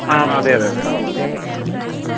ആ അതേ അതേ അതേ ഹൗസ് ബ്രോക്കറാണ് ബ്രോക്കറാണ്